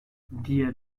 diğer